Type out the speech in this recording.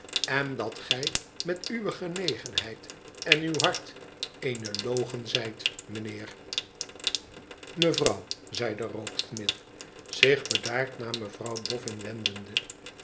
en dat gij met uwe genegenheid en uw hart eene logen zijt meneer mevrouw zeide rokesmith zich bedaard naar mevrouw boffin wendende